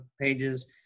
pages